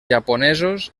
japonesos